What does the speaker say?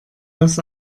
das